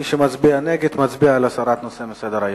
מי שמצביע נגד, מצביע על הסרת הנושא מסדר-היום.